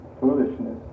foolishness